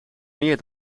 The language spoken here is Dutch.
meer